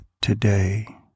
today